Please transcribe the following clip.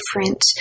different